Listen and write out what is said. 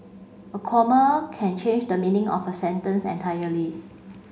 a comma can change the meaning of a sentence entirely